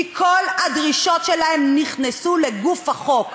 כי כל הדרישות שלהם נכנסו לגוף החוק.